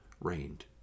reigned